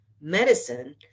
medicine